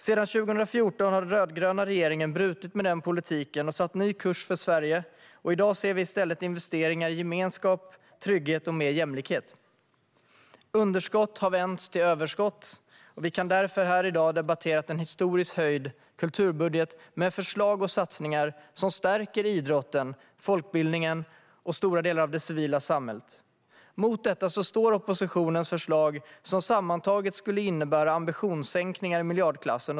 Sedan 2014 har den rödgröna regeringen brutit med den politiken och satt ny kurs för Sverige. I dag ser vi i stället investeringar i gemenskap, trygghet och mer jämlikhet. Underskott har vänts till överskott, och vi kan därför här i dag debattera en historiskt höjd kulturbudget med förslag och satsningar som stärker idrotten, folkbildningen och stora delar av det civila samhället. Mot detta står oppositionens förslag som sammantaget skulle innebära ambitionssänkningar i miljardklassen.